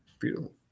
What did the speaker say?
Beautiful